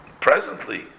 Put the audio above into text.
presently